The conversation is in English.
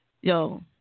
Yo